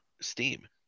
steam